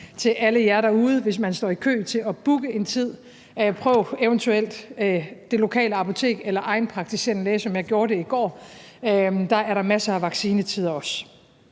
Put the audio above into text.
til alle jer derude: Hvis man står i kø til at booke en tid, så prøv eventuelt det lokale apotek eller egen praktiserende læge, som jeg gjorde det i går. Der er der også masser af vaccinationstider.